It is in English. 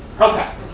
Okay